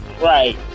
Right